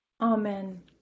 Amen